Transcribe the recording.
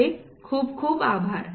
आपले खूप खूप आभार